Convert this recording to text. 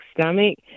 stomach